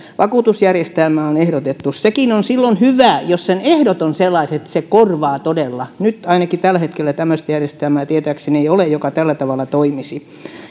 vakuutusjärjestelmää on ehdotettu ja sekin on silloin hyvä jos sen ehdot ovat sellaiset että se korvaa todella nyt ainakaan tällä hetkellä tämmöistä järjestelmää tietääkseni ei ole joka tällä tavalla toimisi